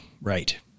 right